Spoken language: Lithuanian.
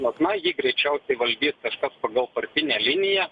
mat na jį greičiausiai valdys kažkas pagal partinę liniją